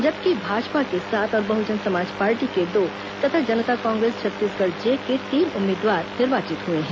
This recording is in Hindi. जबकि भाजपा के सात और बहजन समाज पार्टी के दो तथा जनता कांग्रेस छत्तीसगढ़ जे के तीन उम्मीदवार निर्वाचित हुए हैं